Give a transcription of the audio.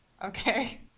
Okay